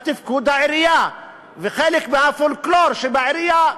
בתפקוד העירייה וחלק מהפולקלור שבעירייה,